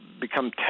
become